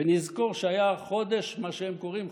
ונזכור שהיה "חודש הגאווה", מה שהם קוראים.